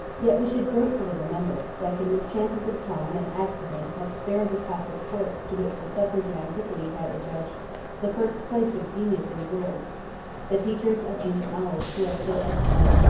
yet we should gratefully remember, that the mischances of time and accident have spared the classic works to which the suffrage of antiquity had adjudged the first place of genius and glory the teachers of ancient knowledge, who are still extant,